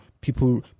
people